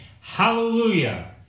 Hallelujah